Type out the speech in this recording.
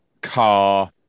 car